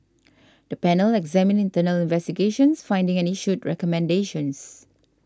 the panel examined internal investigations findings and issued recommendations